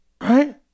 right